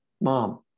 mom